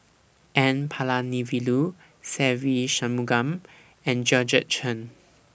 N Palanivelu Se Ve Shanmugam and Georgette Chen